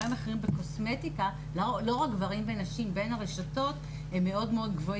המחירים בקוסמטיקה בין הרשתות גבוהים מאוד,